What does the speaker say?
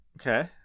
Okay